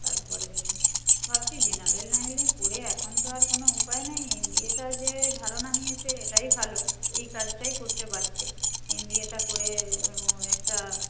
তারপরে ভাবছি জেনারেল লাইনে পড়ে এখন তো আর কোনো উপায় নেই এম বি এটা যে ধারণা নিয়েছ এটাই ভালো এই কাজটাই করতে পারতে এম বি এটা করে একটা